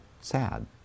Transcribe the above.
sad